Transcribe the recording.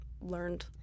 learned